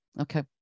Okay